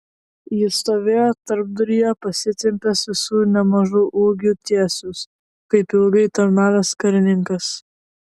jis stovėjo tarpduryje pasitempęs visu nemažu ūgiu tiesus kaip ilgai tarnavęs karininkas